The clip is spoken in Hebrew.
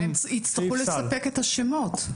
אבל הם יצטרכו לספק את השמות.